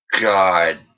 God